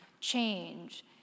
change